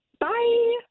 Bye